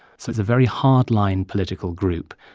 so it's a very hard-line political group.